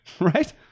right